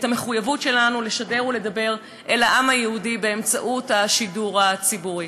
המחויבות שלנו לשדר ולדבר אל העם היהודי באמצעות השידור הציבורי.